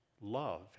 love